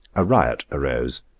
a riot arose.